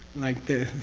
like this,